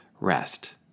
rest